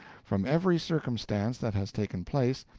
from every circumstance that has taken place,